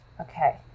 okay